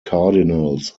cardinals